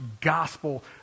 gospel